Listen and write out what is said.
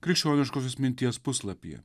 krikščioniškosios minties puslapyje